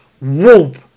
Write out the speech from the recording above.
Whoop